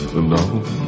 alone